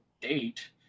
date